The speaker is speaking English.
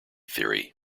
theory